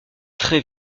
très